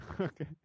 Okay